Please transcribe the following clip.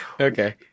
Okay